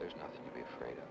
there's nothing to be afraid of